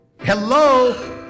Hello